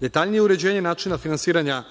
detaljnije uređenje načina finansiranja